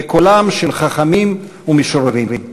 בקולם של חכמים ומשוררים.